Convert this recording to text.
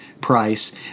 price